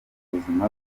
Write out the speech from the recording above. buzima